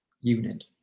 unit